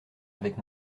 avec